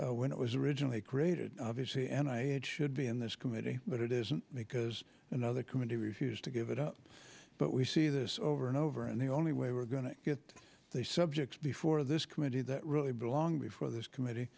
jurisdiction when it was originally created obviously and i should be in this committee but it isn't because another committee refused to give it up but we see this over and over and the only way we're going to get the subject before this committee that really belong before this committee